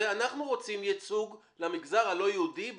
אנחנו רוצים ייצוג למגזר הלא יהודי לסגנים,